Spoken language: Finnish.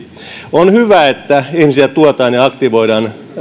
on hyvä että ihmisiä tuetaan ja aktivoidaan